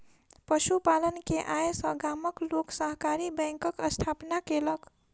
पशु पालन के आय सॅ गामक लोक सहकारी बैंकक स्थापना केलक